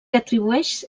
atribueix